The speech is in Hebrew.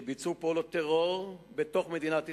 שביצעו פעולות טרור בתוך מדינת ישראל,